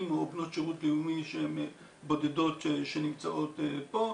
או בנות שירות לאומי בודדות שנמצאות פה,